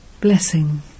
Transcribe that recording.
Blessing